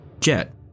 Jet